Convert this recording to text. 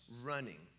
running